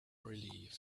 relieved